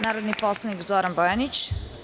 Narodni poslanik Zoran Bojanić.